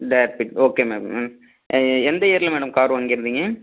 டேபிட் okay ma'am எந்த இயரில் madam car வாங்கிருந்தீங்க